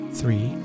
three